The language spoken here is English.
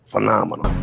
Phenomenal